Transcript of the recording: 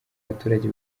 baturage